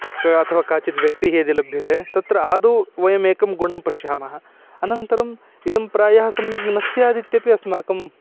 का अथवा काचिद् व्यक्तिः यदि लभ्यते तत्र आदौ वयमेकं गुणं पश्यामः अनन्तरम् इदं प्रायः सम्यग् न स्यादित्यपि अस्माकम्